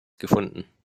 gefunden